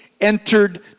entered